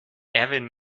erwin